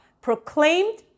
proclaimed